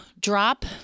drop